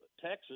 Texas